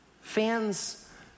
Fans